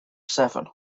seven